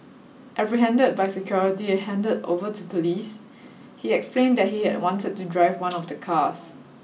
apprehended by security and handed over to police he explained that he had wanted to drive one of the cars